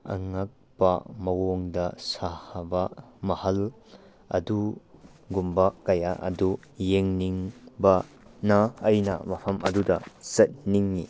ꯑꯉꯛꯄ ꯃꯑꯣꯡꯗ ꯁꯥꯕ ꯃꯍꯜ ꯑꯗꯨꯒꯨꯝꯕ ꯀꯌꯥ ꯑꯗꯨ ꯌꯦꯡꯅꯤꯡꯕꯅ ꯑꯩꯅ ꯃꯐꯝ ꯑꯗꯨꯗ ꯆꯠꯅꯤꯡꯏ